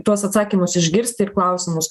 tuos atsakymus išgirsti ir klausimus